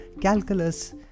calculus